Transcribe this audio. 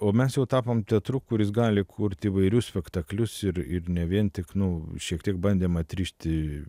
o mes jau tapom teatru kuris gali kurti įvairius spektaklius ir ir ne vien tik nu šiek tiek bandėm atrišti